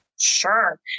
Sure